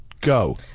go